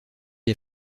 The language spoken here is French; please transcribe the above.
est